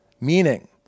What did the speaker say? Meaning